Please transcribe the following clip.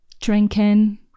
drinking